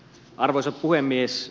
arvoisa puhemies